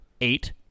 eight